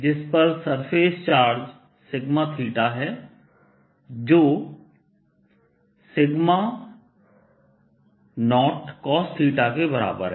जिस पर surface charge है जो 0cos के बराबर है